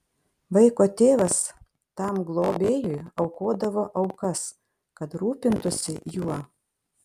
vaiko tėvas tam globėjui aukodavo aukas kad rūpintųsi juo